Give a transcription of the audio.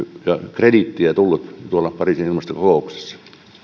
krediittiä on tullut pariisin ilmastokokouksessa